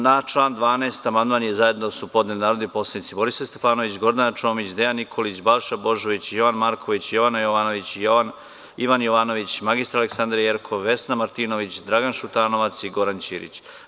Na član 12. amandman su zajedno podneli narodni poslanici Borislav Stefanović, Gordana Čomić, Dejan Nikolić, Balša Božović, Jovan Marković, Jovana Jovanović, Ivan Jovanović, mr Aleksandra Jerkov, Vesna Martinović, Dragan Šutanovac i Goran Ćirić.